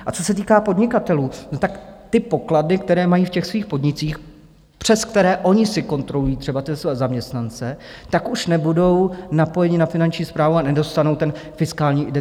A co se týká podnikatelů, tak ty pokladny, které mají ve svých podnicích, přes které oni si kontrolují třeba své zaměstnance, tak už nebudou napojeni na Finanční správu a nedostanou ten fiskální identifikační kód.